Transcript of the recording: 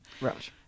Right